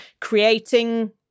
creating